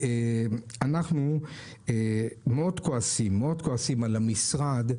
אנחנו כועסים מאוד על המשרד,